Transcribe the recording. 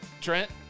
Trent